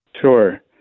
Sure